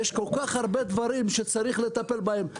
יש כל כך הרבה דברים שצריך לטפל בהם.